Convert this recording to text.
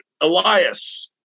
Elias